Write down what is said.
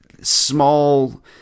small